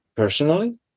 Personally